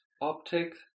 optics